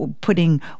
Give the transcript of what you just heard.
putting